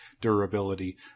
durability